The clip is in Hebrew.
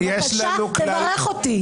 בבקשה תברך אותי.